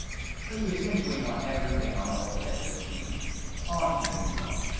but you essentially want everything on the old ssd onto the new one.